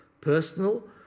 personal